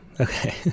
Okay